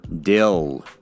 Dill